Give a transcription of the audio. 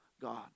God